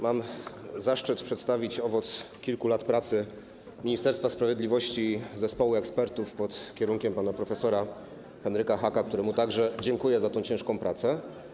Mam zaszczyt przedstawić owoc kilku lat pracy Ministerstwa Sprawiedliwości i zespołu ekspertów pod kierunkiem pana prof. Henryka Haaka, któremu także dziękuję za tę ciężką pracę.